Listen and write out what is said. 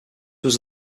was